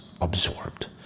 absorbed